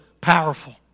powerful